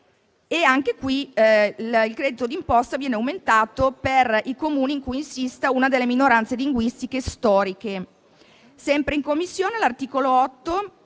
caso il credito d'imposta viene aumentato per i Comuni in cui insista una delle minoranze linguistiche storiche. Sempre in Commissione, all'articolo 8